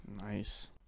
Nice